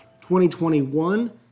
2021